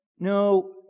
No